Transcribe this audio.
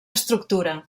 estructura